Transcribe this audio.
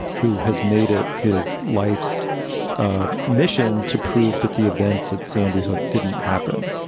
who has made it his life's ah mission to prove that the events at sandy hook didn't happen.